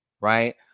right